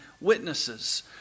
witnesses